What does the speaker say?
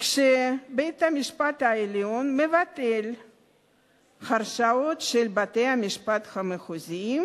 כשבית-המשפט העליון מבטל הרשעות של בתי-המשפט המחוזיים